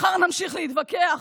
מחר נמשיך להתווכח,